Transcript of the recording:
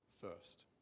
first